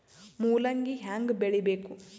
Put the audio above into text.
ಮೂಲಂಗಿ ಹ್ಯಾಂಗ ಬೆಳಿಬೇಕು?